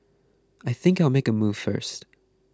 I think I'll make a move first